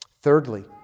Thirdly